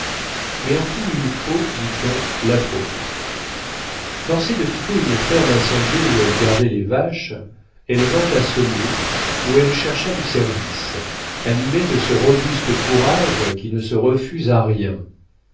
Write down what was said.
mais en tout il faut dit-on l'à-propos forcée de quitter une ferme incendiée où elle gardait les vaches elle vint à saumur où elle chercha du service animée de ce robuste courage qui ne se refuse à rien